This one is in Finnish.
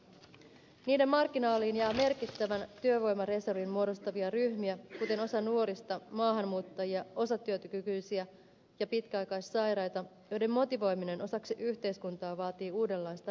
niiden marginaaliin jää merkittävän työvoimareservin muodostavia ryhmiä kuten osa nuorista maahanmuuttajia osatyökykyisiä ja pitkäaikaissairaita joiden motivoiminen osaksi yhteiskuntaa vaatii uudenlaista lähestymistapaa